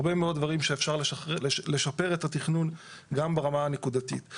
הרבה מאוד דברים שאפשר לשפר את התכנון גם ברמה הנקודתית.